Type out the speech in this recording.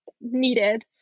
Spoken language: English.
needed